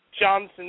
Johnson